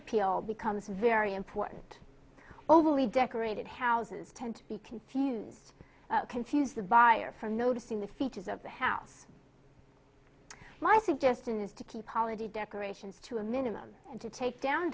appeal becomes very important overly decorated houses tend to be confused confuse the buyer from noticing the features of the house my suggestion is to keep holiday decorations to a minimum and to take down